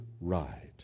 right